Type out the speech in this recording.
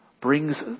brings